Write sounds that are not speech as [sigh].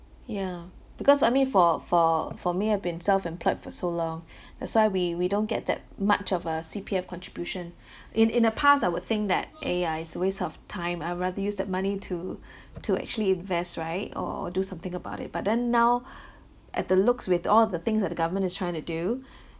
yeah because I mean for for for me I've been self employed for so long that's why we we don't get that much of uh C_P_F contribution in in the past I would think that !aiya! it's a waste of time I would rather use that money to to actually invest right or do something about it but then now [breath] at the looks with all the things that the government is trying to do [breath]